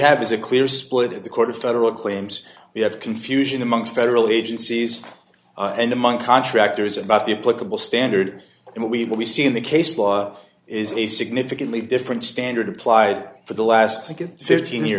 have is a clear split at the court of federal claims we have confusion among federal agencies and among contractors about the political standard and what we what we see in the case law is a significantly different standard applied for the last fifteen year